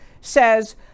says